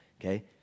okay